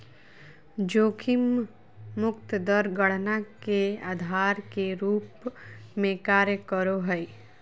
जोखिम मुक्त दर गणना के आधार के रूप में कार्य करो हइ